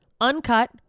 uncut